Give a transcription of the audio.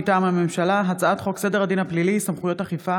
מטעם הממשלה: הצעת חוק סדר הדין הפלילי (סמכויות אכיפה,